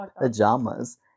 Pajamas